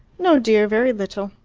no, dear very little.